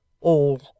all